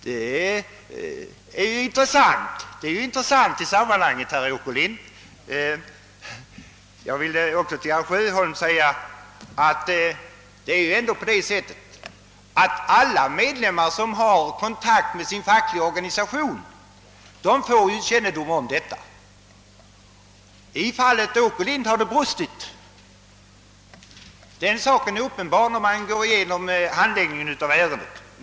Detta är verkligen intressant, herr Åkerlind! Till herr Sjöholm vill jag säga att alla medlemmar som har kontakt med sin fackliga organisation får kännedom om vad som beslutas. I fallet Åkerlind har det brustit — den saken framstår som uppenbar när man tar del av handläggningen av ärendet.